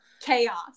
Chaos